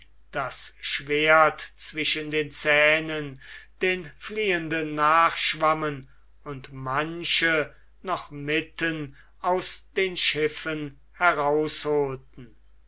das schwert zwischen den zähnen den fliehenden nachschwammen und manche noch mitten aus den schiffen herausholten